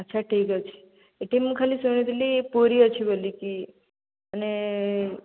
ଆଚ୍ଛା ଠିକ୍ଅଛି ଏଠି ମୁଁ ଖାଲି ଶୁଣିଥିଲି ପୁରୀ ଅଛି ବୋଲିକି ମାନେ